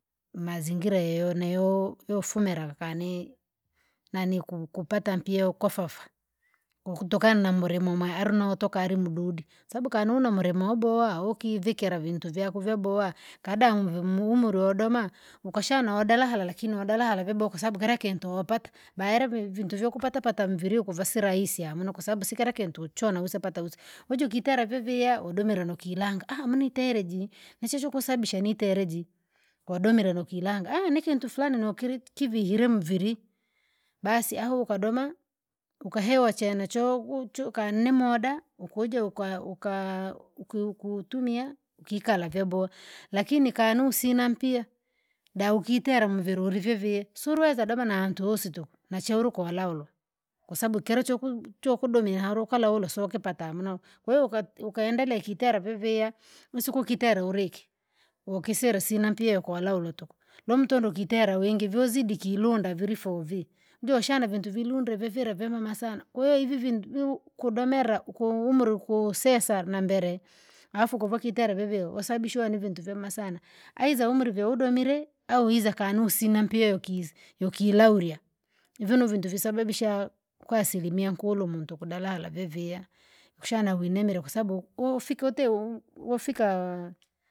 Mazingira yoyo nayo yofumira kani, nani kukupata mpia yokwafafa, ko kutokana mburi mwe mwealinotoka alimdudi, sabu kanunoma mulimobowa ukivikira vintu vyako vyabowa, kada mvi- muumuri wodoma, ukashana naodalahala lakini udalahala vyabowa kwasababu kira kintu wopata baele vi- vintu vyouku patapata mviri ukuvasirahisi hamuna kwasababu si kira kintu uchwana usapata usi, uju ukitera vyavia udomire nukilanga munitere jii nisijo ukusababisha nitere jii, wadomire nukilanga nikintu furani nikili kivi hiri muviri, basi ahu ukadoma? Ukahewa chene choku chokanimuda ukuja uka- uka- uka ukiukutumia ukikala vyabowa, lakini kanusina mpia. Daukitera muviri uli vyavia, suruweza doma na ntuusi tuku nacheuru kolaolo kwasabu kira chuku chokudomie harukala ulo sokipata hamuna we uka- ukaendelea ikitera vyavia, isiku ukitera uriki, wokisira sina mpia ukalaula tuku, lomtondo ukitera wingo vyouzidi kilunda virifoo vii, joshana vintu vilundre vivila vyamema sana, kwahiyo ivi vintu viv- kudomera uku umuri ukusesa nambere. Afu kuva kitera vivio wasababishwa nivintu vyamema sana, aiza umuri vyaudomire, au iza akana usina mpieo kiza yokilaulya, ivi nuvintu visababisaha kwasilimia, nkulu mu tuku dalala vyavia, kushana winemire kwasabu ufike uteu wafikaa.